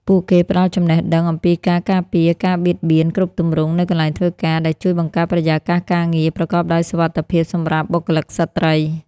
ពួកគេផ្ដល់ចំណេះដឹងអំពីការការពារការបៀតបៀនគ្រប់ទម្រង់នៅកន្លែងធ្វើការ ដែលជួយបង្កើតបរិយាកាសការងារប្រកបដោយសុវត្ថិភាពសម្រាប់បុគ្គលិកស្រ្តី។